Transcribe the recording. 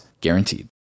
guaranteed